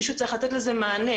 מישהו צריך לתת לזה מענה.